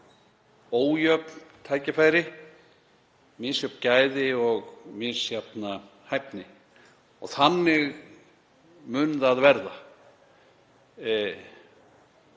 ójöfn tækifæri, misjöfn gæði og misjafna hæfni og þannig mun það verða